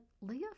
Leah